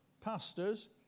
Pastors